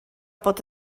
bod